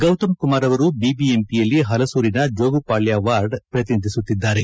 ಗೌತಮ್ ಕುಮಾರ್ ಅವರು ಬಿಬಿಎಂಪಿಯಲ್ಲಿ ಹಲಸೂರಿನ ಜೋಗುಪಾಳ್ಯ ವಾರ್ಡ್ ಪ್ರತಿನಿಧಿಸುತ್ತಿದ್ದಾರೆ